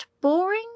boring